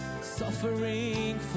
suffering